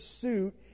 pursuit